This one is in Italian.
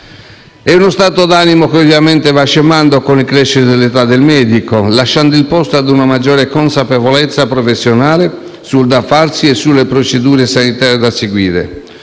È uno stato d'animo che ovviamente va scemando con il crescere dell'età del medico, lasciando il posto a una maggiore consapevolezza professionale sul da farsi e sulle procedure sanitarie da seguire.